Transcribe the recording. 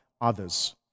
others